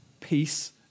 peace